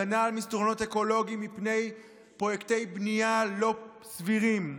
הגנה על מסדרונות אקולוגיים מפני פרויקטי בנייה לא סבירים,